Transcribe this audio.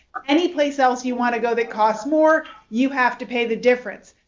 any place else you want to go that costs more, you have to pay the difference.